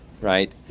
right